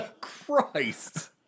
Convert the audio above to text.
Christ